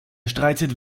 streitet